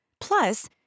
Plus